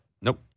Nope